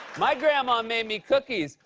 my grandma made me cookies.